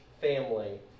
family